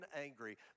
angry